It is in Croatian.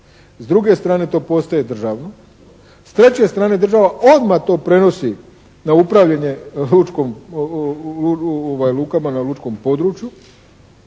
S druge strane to postaje državno. S treće strane država odmah to prenosi na upravljanje lučkom, lukama na lučkom području